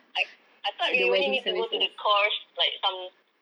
I thought we only need to go to the course like some